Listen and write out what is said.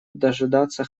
дожидаться